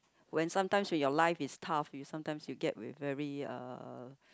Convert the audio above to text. when sometimes in your life is tough you sometimes will get a very uh uh